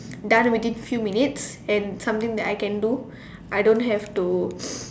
done within few minutes and something that I can do I don't have to